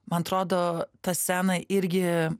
man atrodo ta scena irgi